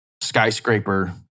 skyscraper